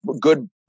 good –